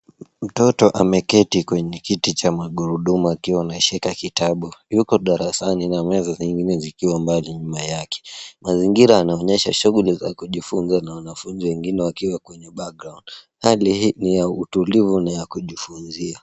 Mtoto ameketi kwenye kiti cha magurudumu akiwa ameshika kitabu, yuko darasani na meza zingine zikiwa mbali nyuma yake. Mazingira anaonyesha shughuli za kujifunza na wanafunzi wengine wakiwa kwenye background .Hali hii ni ya utulivu na ya kujifunzia.